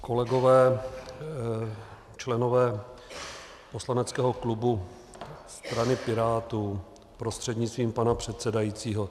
Kolegové, členové poslaneckého klubu strany Pirátů prostřednictvím pana předsedajícího.